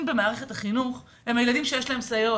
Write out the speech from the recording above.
במערכת החינוך הם הילדים שיש להם סייעות.